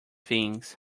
things